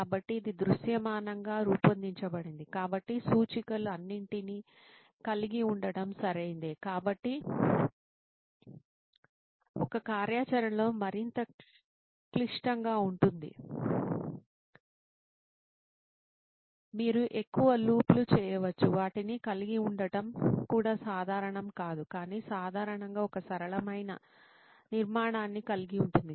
కాబట్టి ఇది దృశ్యమానంగా రూపొందించబడింది కాబట్టి సూచికలు అన్నింటికీ కలిగి ఉండటం సరైందే కాబట్టి ఒక కార్యాచరణలో మరింత క్లిష్టంగా ఉంటుంది మీరు ఎక్కువ లూప్లు చేయవచ్చు వాటిని కలిగి ఉండటం కూడా సాధారణం కాదు కానీ సాధారణంగా ఒక సరళమైన నిర్మాణాన్ని కలిగి ఉంటుంది